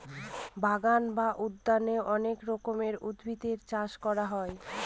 বাগান বা উদ্যানে অনেক রকমের উদ্ভিদের চাষ করা হয়